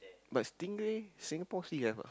but stingray Singapore still have ah